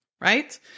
Right